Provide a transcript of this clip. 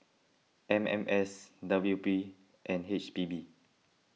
M M S W P and H P B